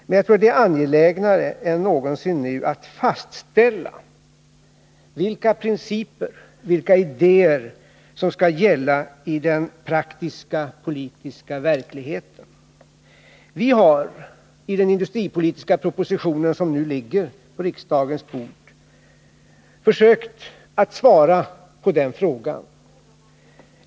Men jag tror att det är angelägnare nu än någonsin att fastställa vilka principer och idéer som skall gälla i den praktiska politiska verkligheten. Vi har i den industripolitiska propositionen, som nu ligger på riksdagens bord, försökt svara på den frågan.